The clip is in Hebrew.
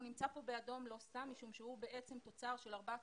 והוא נמצא כאן באדום לא סתם משום שהוא בעצם תוצר של ארבעת